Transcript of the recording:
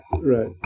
Right